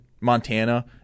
Montana